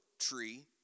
tree